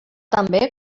també